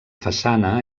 façana